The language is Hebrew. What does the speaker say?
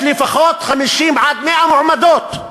יש לפחות 50 100 מועמדות.